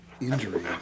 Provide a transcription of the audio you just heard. injury